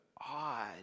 odd